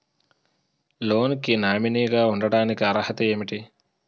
Loan కి nominee గా ఉండటానికి అర్హత ఏమిటి?